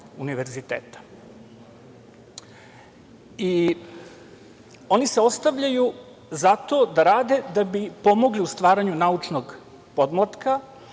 univerziteta. Oni se ostavljaju zato da rade da bi pomogli u stvaranju naučnog podmlatka,